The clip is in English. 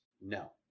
No